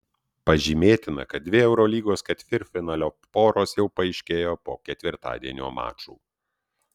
pažymėtina kad dvi eurolygos ketvirtfinalio poros jau paaiškėjo po ketvirtadienio mačų